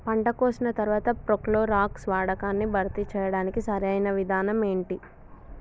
పంట కోసిన తర్వాత ప్రోక్లోరాక్స్ వాడకాన్ని భర్తీ చేయడానికి సరియైన విధానం ఏమిటి?